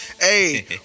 Hey